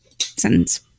sentence